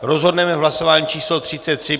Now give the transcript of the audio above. Rozhodneme v hlasování číslo 33.